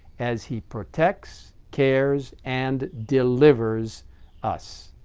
as he protects cares and delivers us.